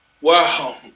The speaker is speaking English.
Wow